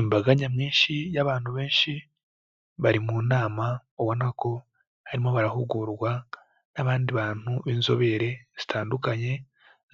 Imbaga nyamwinshi y'abantu benshi, bari mu nama ubona ko barimo barahugurwa n'abandi bantu b'inzobere zitandukanye